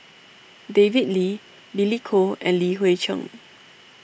David Lee Billy Koh and Li Hui Cheng